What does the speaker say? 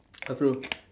அப்புறம்:appuram